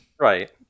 Right